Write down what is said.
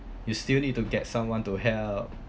you still need to get someone to help